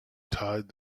tied